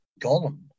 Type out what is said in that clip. Gollum